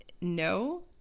no